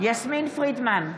יסמין פרידמן,